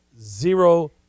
zero